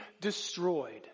destroyed